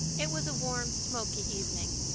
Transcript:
it was a warm, smoky evening,